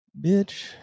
bitch